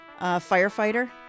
Firefighter